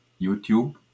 YouTube